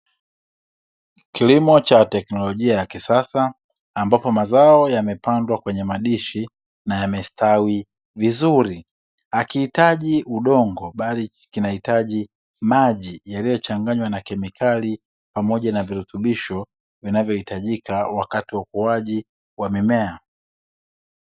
Kilimo cha teknolojia ya kisasa ambapo mazao yamepandwa kwenye madishi na yamestawi vizuri, hakihitaji udongo bali kinahitaji maji yaliyochanganywa na kemikali pamoja na virutubisho vinavyohitajika wakati wa ukuaji wa mimea.